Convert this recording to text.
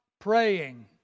praying